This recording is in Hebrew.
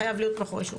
חייב להיות מאחורי שולחן.